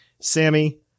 Sammy